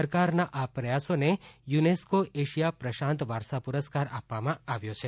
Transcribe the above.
સરકારના આ પ્રયાસોને યુનેસ્કો એશિયા પ્રશાંત વારસાપુરસ્કાર આપવામાં આવ્યો છે